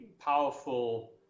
powerful